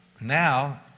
now